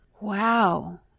Wow